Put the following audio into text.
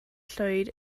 llwyd